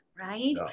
Right